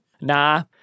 nah